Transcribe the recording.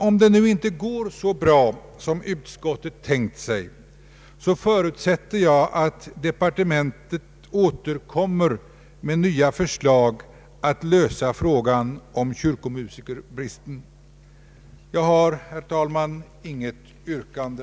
Om det nu inte går så bra som utskottet har tänkt sig, förutsätter jag att departementet återkommer med nya förslag när det gäller att lösa problemet med kyrkomusikerbristen. Jag har, herr talman, inte något yrkande.